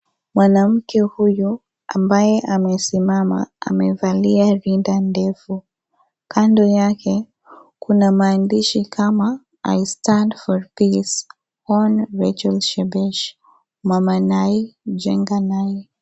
Mwanamke huyu, ambaye amesimama, amevalia rinda ndefu, kando yake, kuna maandishi kama, (cs)i stand for peace, Hon, Rechael Shebesh(cs), mama nai, jenga nai.